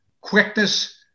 quickness